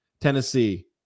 tennessee